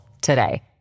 today